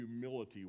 humility